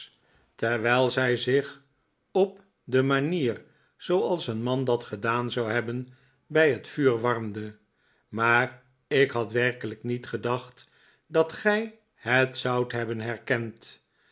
terwijl zij zich op de manier zooals een man dat gedaan zou hebben bij het vuur warmde maar ik had werkelijk niet gedacht dat gij het zoudt hebben herkend